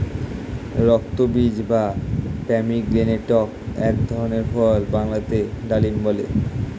রক্তবীজ বা পমিগ্রেনেটক এক ধরনের ফল বাংলাতে ডালিম বলে